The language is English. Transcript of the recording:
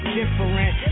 different